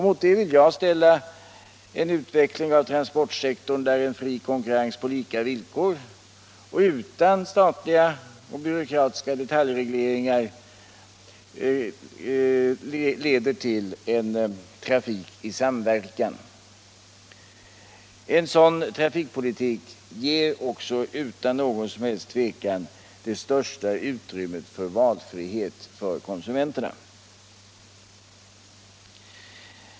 Mot detta vill jag ställa en utveckling av transportsektorn där en fri konkurrens på lika villkor och utan statliga och byråkratiska detaljregleringar inom en av samhället fastlagd ram kan leda till en trafik i samverkan. En sådan trafikpolitik ger också utan tvivel största utrymmet för valfrihet för konsumenten.